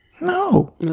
No